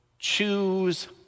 Choose